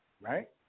right